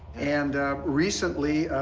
and recently,